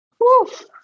Woof